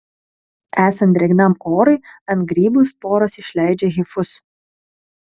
esant drėgnam orui ant grybų sporos išleidžia hifus